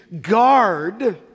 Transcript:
guard